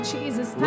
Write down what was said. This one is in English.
Jesus